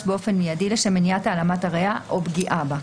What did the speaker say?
באופן מיידי לשם מניעת העלמת הראיה או פגיעה בה.